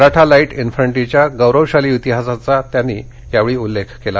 Maratha light इन्फट्रीच्या गौरवशाली इतिहासाचा त्यांनी यावेळी उल्लेख केला